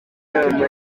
perezida